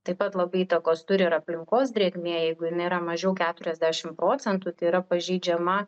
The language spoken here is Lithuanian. taip pat labai įtakos turi ir aplinkos drėgmė jeigu jinai yra mažiau keturiasdešim procentų tai yra pažeidžiama